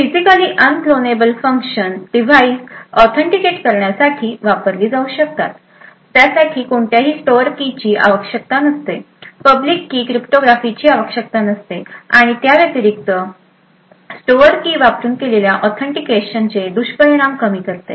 तर physically unclonable functions device authenticate करण्यासाठी वापरली जाऊ शकतात त्यासाठी कोणत्याही स्टोअर की ची आवश्यकता नसते पब्लिक की क्रिप्टोग्राफीची आवश्यकता नसते आणि त्या व्यतिरिक्त स्टोअर की वापरून केलेल्या ऑथेंटिकेशनचे दुष्परिणाम कमी करते